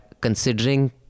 considering